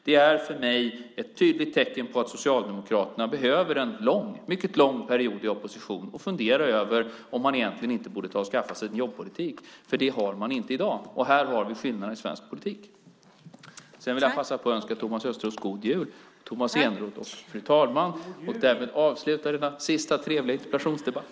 Det är för mig ett tydligt tecken på att Socialdemokraterna behöver en mycket lång period i opposition och fundera över om man egentligen inte borde ta och skaffa sig en jobbpolitik. Det har man inte i dag, och här har vi skillnaden i svensk politik. Jag vill passa på att önska Thomas Östros, Tomas Eneroth och fru talmannen en god jul och därmed avsluta denna sista trevliga interpellationsdebatt.